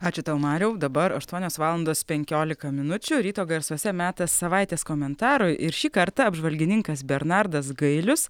ačiū tau mariau dabar aštuonios valandos penkiolika minučių ryto garsuose metas savaitės komentarui ir šį kartą apžvalgininkas bernardas gailius